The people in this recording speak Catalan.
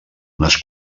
unes